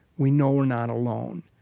we know we're not alone.